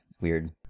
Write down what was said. Weird